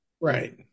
Right